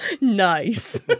Nice